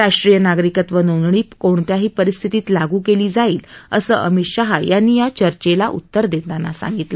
राष्ट्रीय नागरिकत्व नोंदणी कोणत्याही परिस्थितीत लागू केली जाईल असं अमित शाह यांनी या चर्चेला उत्तर देताना सांगितलं